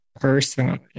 personally